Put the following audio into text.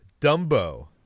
Dumbo